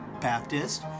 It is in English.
Baptist